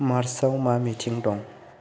मार्सआव मा मिथिं दं